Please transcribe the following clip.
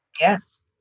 Yes